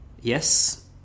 Yes